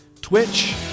Twitch